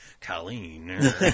Colleen